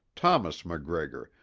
thomas macgregor,